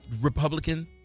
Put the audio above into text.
Republican